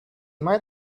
might